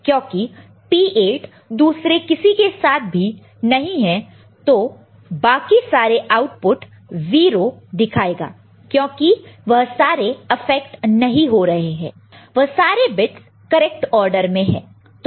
क्योंकि P8 दूसरे किसी के साथ भी नहीं है तो बाकी सारे आउटपुट 0 दिखाएगा क्योंकि वह सारे अफेक्ट नहीं हो रहा है वह सारे बिट्स करेक्ट ऑर्डर में है